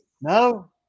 No